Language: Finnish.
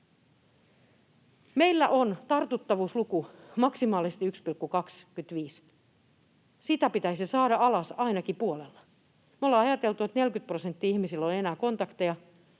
Meillä on tartuttavuusluku maksimaalisesti 1,25. Sitä pitäisi saada alas ainakin puolella. Me ollaan ajateltu, että ihmisillä on enää 40